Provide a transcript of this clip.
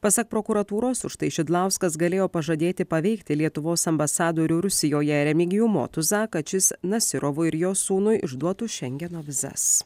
pasak prokuratūros už tai šidlauskas galėjo pažadėti paveikti lietuvos ambasadorių rusijoje remigijų motuzą kad šis nasyrovui ir jo sūnui išduotų šengeno vizas